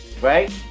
right